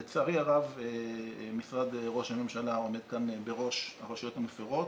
לצערי הרב משרד ראש הממשלה עומד כאן בראש הרשויות המפרות.